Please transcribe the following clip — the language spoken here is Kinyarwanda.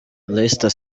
leicester